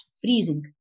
freezing